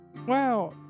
wow